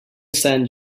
stand